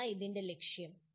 അതാണ് ഇതിന്റെ ലക്ഷ്യം